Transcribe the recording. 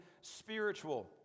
spiritual